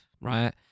right